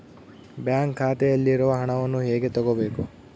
Bank ಖಾತೆಯಲ್ಲಿರುವ ಹಣವನ್ನು ಹೇಗೆ ತಗೋಬೇಕು?